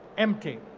empty.